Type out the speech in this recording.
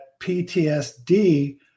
PTSD